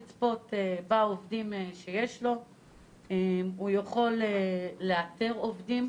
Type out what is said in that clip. לצפות בעובדים שיש; הוא יכול לאתר עובדים,